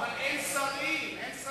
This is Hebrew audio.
אין שרים.